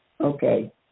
Okay